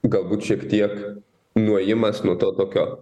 galbūt šiek tiek nuėjimas nuo to tokio